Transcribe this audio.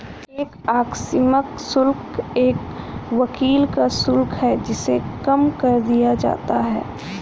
एक आकस्मिक शुल्क एक वकील का शुल्क है जिसे कम कर दिया जाता है